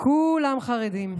כולם חרדים.